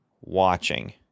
watching